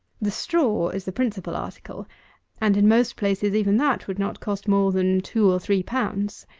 the straw is the principal article and, in most places, even that would not cost more than two or three pounds.